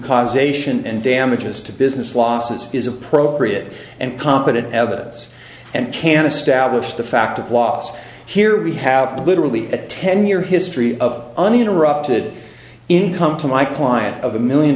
cause ation and damages to business losses is appropriate and competent evidence and can establish the fact of loss here we have literally a ten year history of uninterrupted income to my client of a million